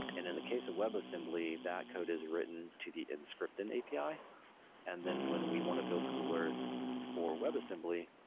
and in the case of webassembly, that code is written to the in-script and api. and then when we want to build google earth for webassembly,